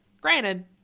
Granted